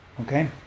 Okay